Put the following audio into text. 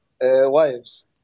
wives